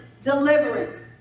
deliverance